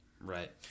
Right